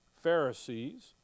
Pharisees